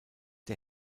der